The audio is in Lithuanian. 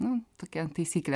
nu tokia taisyklė